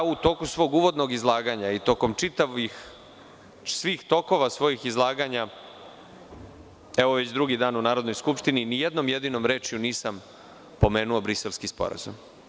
U toku svog uvodnog izlaganja i tokom čitavih tokova svih svojih izlaganja, evo već drugi dan u Narodnoj skupštini, ni jednom jedinom rečju nisam pomenuo Briselski sporazum.